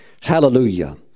Hallelujah